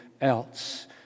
else